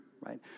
right